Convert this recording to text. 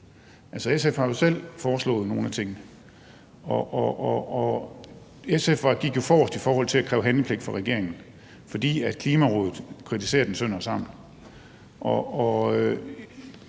SF har jo selv foreslået nogle af tingene, og SF gik forrest i forhold til at kræve handlepligt fra regeringens side, fordi Klimarådet kritiserede den sønder og sammen,